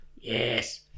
Yes